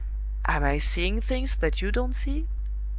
am i seeing things that you don't see?